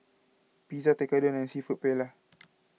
Pizza Tekkadon and Seafood Paella